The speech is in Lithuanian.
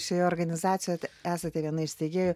šioje organizacijoj esate viena iš steigėjų